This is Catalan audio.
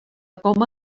coma